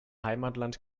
heimatland